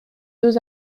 deux